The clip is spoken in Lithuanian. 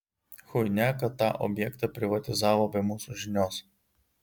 chuinia kad tą objektą privatizavo be mūsų žinios